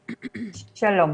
שלום.